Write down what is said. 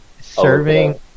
serving